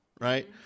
right